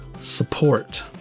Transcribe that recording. support